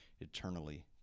eternally